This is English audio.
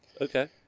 Okay